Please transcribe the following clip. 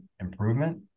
improvement